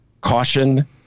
caution